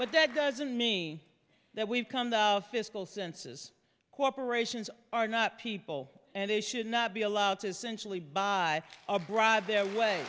but that doesn't mean that we've come to fiscal senses corporations are not people and they should not be allowed to sensually by a bribe their way